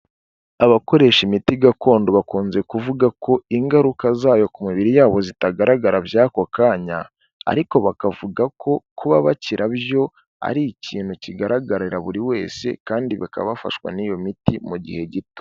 Abakoresha imiti gakondo bakunze kuvuga ko ingaruka zayo ku mibiri yabo zitagaragara by'ako kanya, ariko bakavuga ko kuba bakira byo ari ikintu kigaragarira buri wese kandi bakaba bafashwa n'iyo miti mu gihe gito.